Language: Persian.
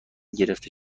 گرفته